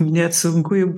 net sunku jum